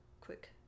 quick